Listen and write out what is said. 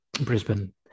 Brisbane